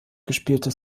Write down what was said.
gespielte